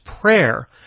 prayer